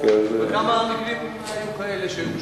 כן, וכמה מקרים כאלה הוגשו.